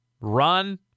run